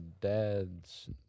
dad's